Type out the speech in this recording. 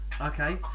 okay